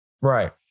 Right